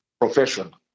profession